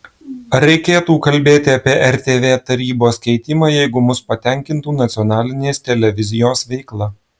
ar reikėtų kalbėti apie rtv tarybos keitimą jeigu mus patenkintų nacionalinės televizijos veikla